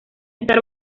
estar